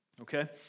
Okay